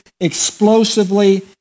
explosively